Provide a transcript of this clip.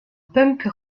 punk